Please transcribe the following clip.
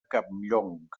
campllong